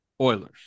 Oilers